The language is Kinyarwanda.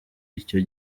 icyo